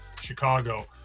Chicago